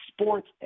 sports